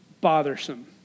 bothersome